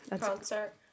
Concert